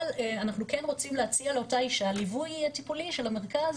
אבל אנחנו כן רוצים להציע לאותה אישה ליווי טיפולי של המרכז,